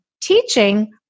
teaching